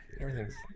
Everything's